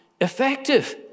effective